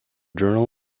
journal